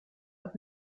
auf